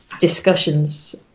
discussions